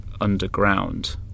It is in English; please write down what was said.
underground